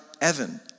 Evan